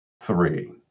three